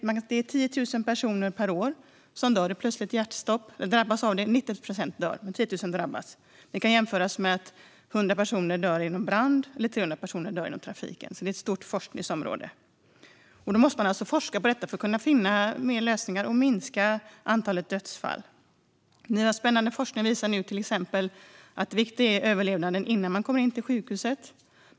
10 000 personer per år drabbas av plötsligt hjärtstopp, och 90 procent av dem dör. Det kan jämföras med att 100 personer dör på grund av brand eller att 300 personer dör i trafiken. Det är alltså ett stort forskningsområde. Det behövs alltså forskning för att ta fram fler lösningar och minska antalet dödsfall. Denna spännande forskning visar till exempel att överlevnad innan man kommer in till sjukhuset är en viktig faktor.